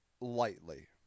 lightly